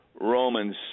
Romans